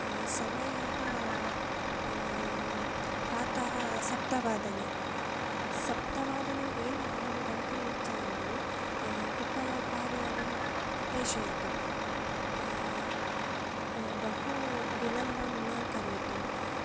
समयः प्रातः सप्तवादने सप्तवादनम् एव अहं गन्तुम् इच्छामि कृपया कार् यानं प्रेषयतु बहु विलम्बं न करोतु